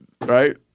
right